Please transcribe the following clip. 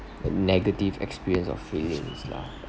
a negative experience of feelings lah